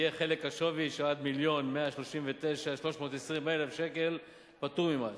יהיה חלק השווי של עד מיליון ו-139,320 שקל פטור ממס.